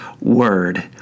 word